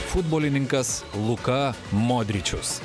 futbolininkas luka modričius